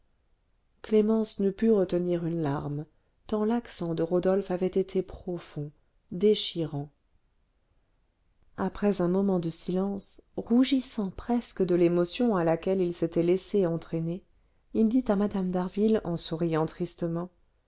clémence ne put retenir une larme tant l'accent de rodolphe avait été profond déchirant après un moment de silence rougissant presque de l'émotion à laquelle il s'était laissé entraîner il dit à mme d'harville en souriant tristement